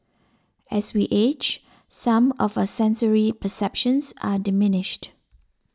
as we age some of our sensory perceptions are diminished